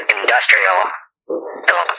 Industrial